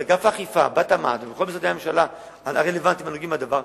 את אגף האכיפה בתמ"ת ואת כל משרדי הממשלה הרלוונטיים הנוגעים בדבר,